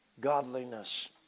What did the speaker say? Godliness